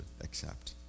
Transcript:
accept